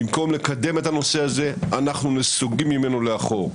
במקום לקדם את הנושא הזה, אנחנו נסוגים לאחור.